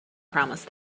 promised